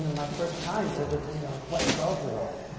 you know my first time, as and you know what? a twelve year old.